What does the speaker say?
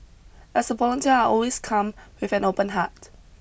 as a volunteer I always come with an open heart